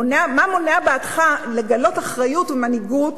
מה מונע בעדך לגלות אחריות ומנהיגות,